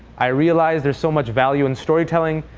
i realize there's so much value in storytelling.